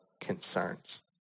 concerns